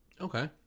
Okay